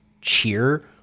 cheer